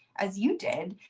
as you did,